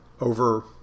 over